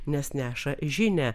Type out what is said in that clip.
nes neša žinią